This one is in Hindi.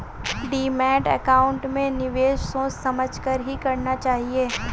डीमैट अकाउंट में निवेश सोच समझ कर ही करना चाहिए